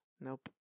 Nope